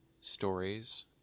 stories